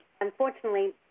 Unfortunately